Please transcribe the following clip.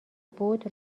بود